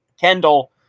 Kendall